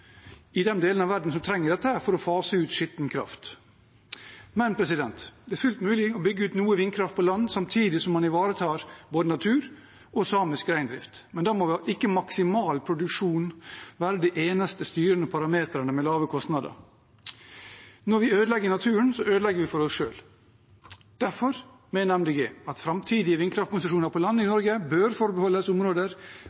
i den delen av verden som trenger dette for å fase ut skitten kraft. Det er fullt mulig å bygge ut noe vindkraft på land samtidig som man ivaretar både natur og samisk reindrift, men da må ikke maksimal produksjon være de eneste styrende parametrene med lave kostnader. Når vi ødelegger naturen, ødelegger vi for oss selv. Derfor mener Miljøpartiet De Grønne at framtidige vindkraftkonsesjoner på land i